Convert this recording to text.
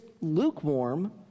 Lukewarm